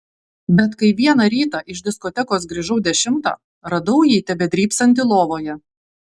bet kai vieną rytą iš diskotekos grįžau dešimtą radau jį tebedrybsantį lovoje